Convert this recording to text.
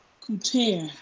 couture